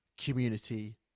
community